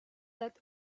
that